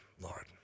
Lord